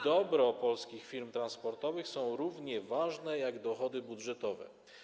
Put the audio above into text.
dobro polskich firm transportowych są równie ważne jak dochody budżetowe.